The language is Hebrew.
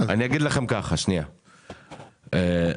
קודם כל,